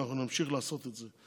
ונמשיך לעשות את זה.